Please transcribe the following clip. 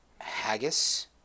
haggis